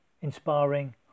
inspiring